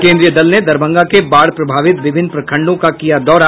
केन्द्रीय दल ने दरभंगा के बाढ़ प्रभावित विभिन्न प्रखंडों का किया दौरा